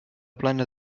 plana